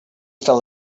fell